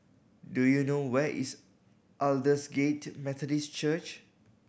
do you know where is Aldersgate Methodist Church